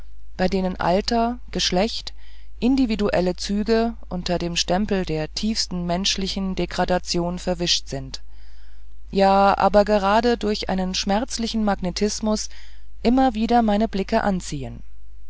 bei denen alter geschlecht individuelle züge unter dem stempel der tiefsten menschlichen degradation verwischt sind ja aber gerade durch einen schmerzlichen magnetismus immer wieder meine blicke anziehen